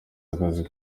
akazi